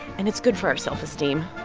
and it's good for our self-esteem,